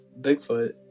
Bigfoot